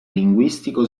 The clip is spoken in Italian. linguistico